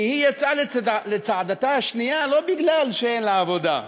כי היא יצאה לצעדתה השנייה לא מפני שאין לה עבודה.